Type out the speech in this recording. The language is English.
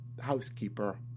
housekeeper